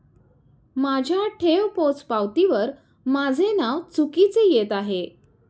माझ्या ठेव पोचपावतीवर माझे नाव चुकीचे येत आहे